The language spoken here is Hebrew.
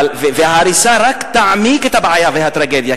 ההריסה רק תעמיק את הבעיה והטרגדיה,